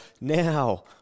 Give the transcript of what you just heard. Now